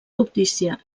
cobdícia